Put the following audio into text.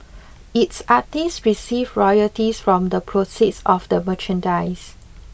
its artists receive royalties from the proceeds of the merchandise